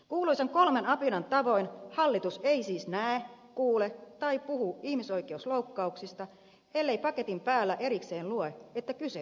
kuuluisien kolmen apinan tavoin hallitus ei siis näe kuule tai puhu ihmisoikeusloukkauksista ellei paketin päällä erikseen lue että kyse on ihmisoikeusloukkauksista